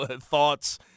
thoughts